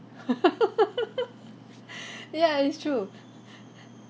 ya it's true